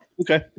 Okay